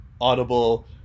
audible